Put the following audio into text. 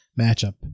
matchup